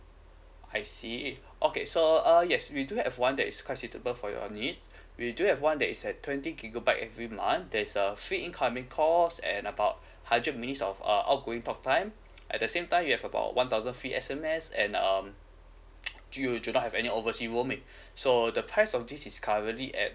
I see okay so uh yes we do have one that is quite suitable for your needs we do have one that is at twenty gigabytes every month there's a free incoming calls and about hundred minutes of err outgoing talk time at the same time you have about one thousand free S_M_S and um do you do not have any oversea roaming so the price of this is currently at